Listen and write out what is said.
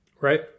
right